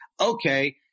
okay